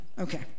Okay